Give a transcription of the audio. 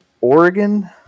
Oregon